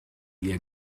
ihr